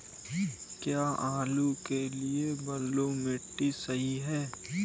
क्या आलू के लिए बलुई मिट्टी सही है?